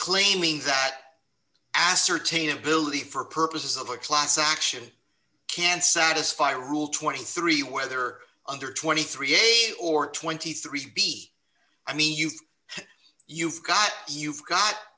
claiming that ascertain ability for purposes of a class action can satisfy rule twenty three whether under twenty three a or twenty three b i mean you've you've got you've got